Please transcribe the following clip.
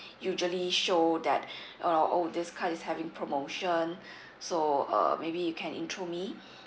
usually show that you know oh this card is having promotion so uh maybe you can intro me